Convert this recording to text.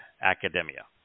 academia